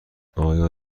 آیا